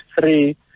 Three